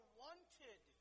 wanted